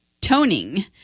toning